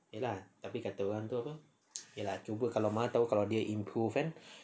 ya lah tapi kata orang tu apa ye lah cuba kalau mana tahu kalau dia improve kan